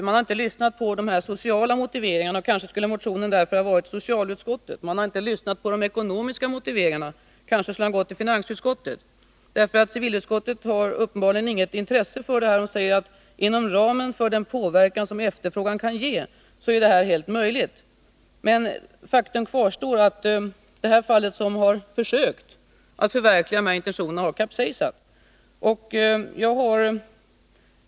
Man har inte lyssnat på de sociala motiveringarna. Kanske borde motionen därför ha behandlats av socialutskottet. Man har heller inte lyssnat på de ekonomiska motiveringarna, och kanske motionen för den skull borde ha gått till finansutskottet. Civilutskottet har uppenbarligen inget intresse för detta och säger att inom ramen för den påverkan som efterfrågan kan ge så är detta helt möjligt. Men faktum kvarstår att det fall där man försökt att förverkliga dessa intentioner har kapsejsat.